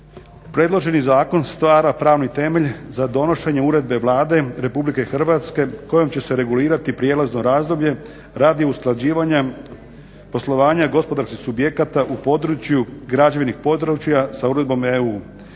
Predloženi zakon stvara pravni temelj za donošenje uredbe Vlade RH kojom će se regulirati prijelazno razdoblje radi usklađivanja poslovanja gospodarskih subjekata u području građevnim područjima sa uredbom EU.